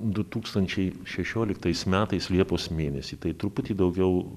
du tūkstančiai šešioliktais metais liepos mėnesį tai truputį daugiau